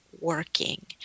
working